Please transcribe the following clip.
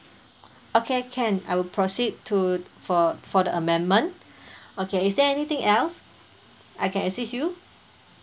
okay can I will proceed to for for the amendment okay is there anything else I can assist you